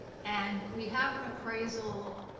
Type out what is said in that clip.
and we have an appraisal,